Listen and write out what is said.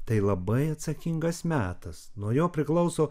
tai labai atsakingas metas nuo jo priklauso